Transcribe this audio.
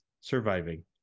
surviving